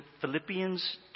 Philippians